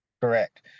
Correct